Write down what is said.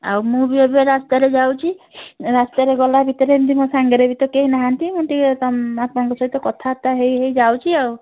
ଆଉ ମୁଁ ବି ଏବେ ରାସ୍ତାରେ ଯାଉଛି ରାସ୍ତାରେ ଗଲା ଭିତରେ ଏମତି ମୋ ସାଙ୍ଗରେ ବି ତ କେହି ନାହାନ୍ତି ମୁଁ ଟିକେ ଆପଣଙ୍କ ସହିତ କଥାବାର୍ତ୍ତା ହେଇ ହେଇ ଯାଉଛି ଆଉ